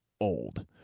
old